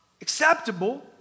Acceptable